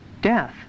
death